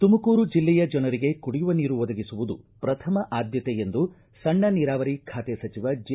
ತುಮಕೂರು ಜಿಲ್ಲೆಯ ಜನರಿಗೆ ಕುಡಿಯುವ ನೀರು ಒದಗಿಸುವುದು ಪ್ರಥಮ ಆದ್ದತೆ ಎಂದು ಸಣ್ಣ ನೀರಾವರಿ ಖಾತೆ ಸಚಿವ ಜೆ